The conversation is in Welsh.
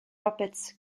roberts